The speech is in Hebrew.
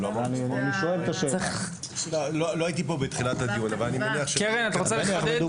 את רוצה לחדד?